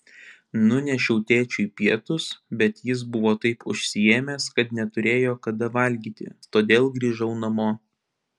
nunešiau tėčiui pietus bet jis buvo taip užsiėmęs kad neturėjo kada valgyti todėl grįžau namo